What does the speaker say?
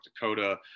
Dakota